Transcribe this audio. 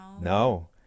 no